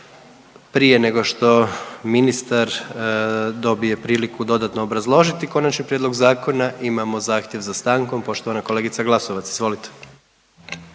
Prije nego što ministar dobije priliku dodatno obrazložiti konačni prijedlog zakona imamo zahtjev za stankom, poštovana kolegice Glasovac izvolite.